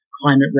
climate